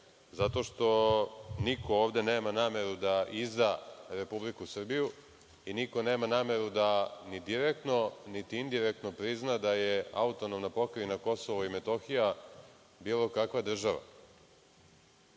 zato što niko ovde nema nameru da izda Republiku Srbiju i niko nema nameru da ni direktno niti indirektno prizna da je AP Kosovo i Metohija bilo kakva